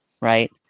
right